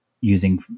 using